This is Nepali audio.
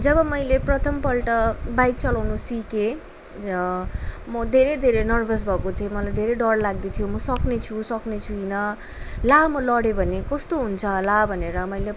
जब मैले प्रथमपल्ट बाइक चलाउन सिकेँ म धेरै धेरै नर्भस भएको थिएँ मलाई धेरै डर लाग्दैथ्यो म सक्नेछु सक्ने छुइनँ ला म लडेँ भने कस्तो हुन्छ होला भनेर मैले